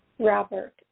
Robert